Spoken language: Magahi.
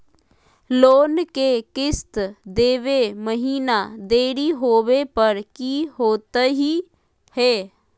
लोन के किस्त देवे महिना देरी होवे पर की होतही हे?